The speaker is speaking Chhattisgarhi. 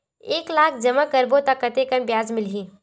एक लाख जमा करबो त कतेकन ब्याज मिलही?